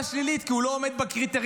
שלילית כי הוא לא עומד בקריטריונים.